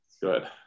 good